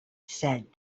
said